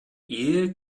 ehe